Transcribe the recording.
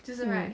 um